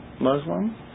Muslim